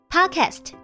Podcast